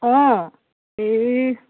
অঁ এই